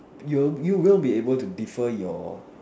you will you will be able to defer your